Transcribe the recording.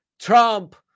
Trump